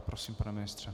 Prosím, pane ministře.